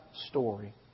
story